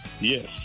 Yes